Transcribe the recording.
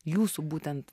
jūsų būtent